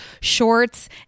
shorts